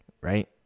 right